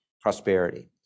prosperity